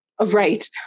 Right